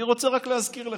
אני רק רוצה להזכיר לך: